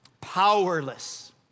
Powerless